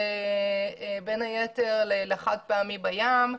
בין היתר, לחד פעמי בים,